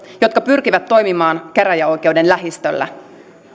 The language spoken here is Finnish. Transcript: jotka pyrkivät toimimaan käräjäoikeuden lähistöllä